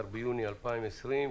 16 ביוני 2020,